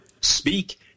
speak